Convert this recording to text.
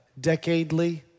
decadely